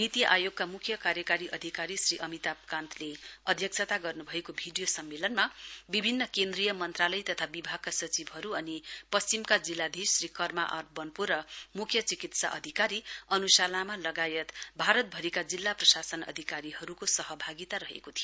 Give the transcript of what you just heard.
नीति आयोगका मुख्य कार्यकारी अधिकारी श्री अमिताभ कान्तले अध्यक्षता गर्न्भएको भिडियो सम्मेलनमा विभिन्न केन्द्रीय केन्द्रीय मन्त्रालय तथा विभागका सचिवहरू अनि पश्चिमका जिल्लाधीश श्री कर्मा आर बन्पो र मुख्य चिकित्सा अधिकारी अनुषा लामा लगायत भारतभरिका जिल्ला प्रशासन अधिकारीहरू सहभागिता रहेको थियो